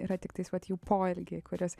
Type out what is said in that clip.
yra tiktais vat jų poelgiai kuriuos